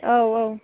औ औ